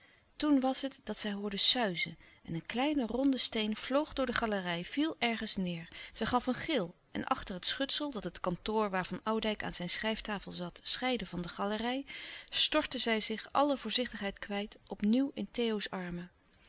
toen was het dat zij hoorden suizen en een kleine ronde steen vloog door de galerij viel ergens neêr zij gaf een gil en achter het schutsel dat het kantoor waar van oudijck aan zijn schrijftafel zat scheidde van de galerij stortte zij zich alle voorzichtigheid kwijt op nieuw in theo's